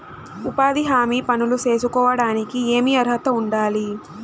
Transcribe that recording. ఉపాధి హామీ పనులు సేసుకోవడానికి ఏమి అర్హత ఉండాలి?